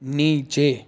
نیچے